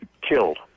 killed